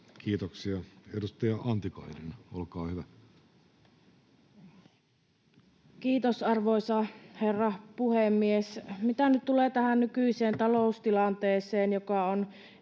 Kiitoksia. — Edustaja Antikainen, olkaa hyvä. Kiitos, arvoisa herra puhemies! Mitä nyt tulee tähän nykyiseen taloustilanteeseen, joka on